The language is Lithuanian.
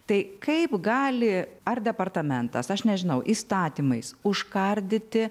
tai kaip gali ar departamentas aš nežinau įstatymais užkardyti